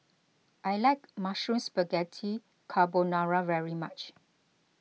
I like Mushroom Spaghetti Carbonara very much